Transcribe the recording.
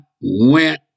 went